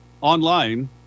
online